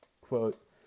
Quote